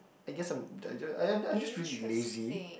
I guess I'm I just I'm I'm just really lazy